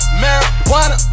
marijuana